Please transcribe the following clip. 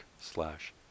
slash